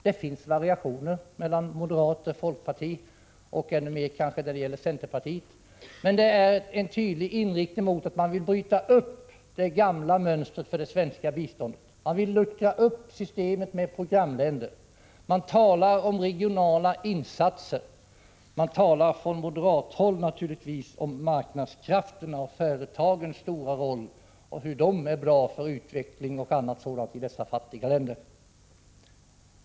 Det finns variationer mellan moderata samlingspartiet, folkpartiet och centerpartiet, men det är en tydlig inriktning mot att man vill bryta upp det gamla mönstret för det svenska biståndet. Man vill luckra upp systemet med programländer. Man talar om regionala insatser. Från moderat håll talar man naturligtvis om marknadskrafterna och företagens stora roll och om hur bra de är för utvecklingen osv. i dessa fattiga länder.